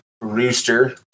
rooster